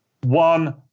one